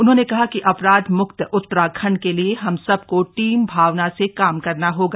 उन्होंने कहा कि अपराध मुक्त उतराखंड के लिये हम सबको टीम भावना से काम करना होगा